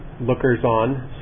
lookers-on